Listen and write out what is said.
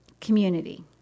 community